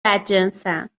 بدجنسم